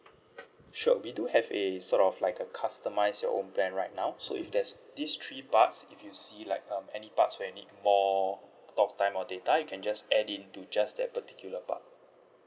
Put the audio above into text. sure we do have a sort of like a customise your own plan right now so if there's this three parts if you see like um any parts where need more talk time or data you can just add in to just that particular part